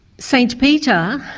st peter